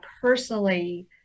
personally